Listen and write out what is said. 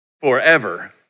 forever